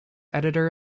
editor